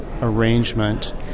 arrangement